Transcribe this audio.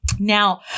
Now